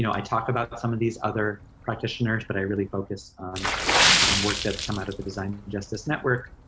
you know i talk about some of these other practitioners, but i really focus on work that's come out of the design justice network,